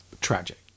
tragic